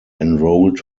enrolled